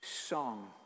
song